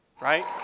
right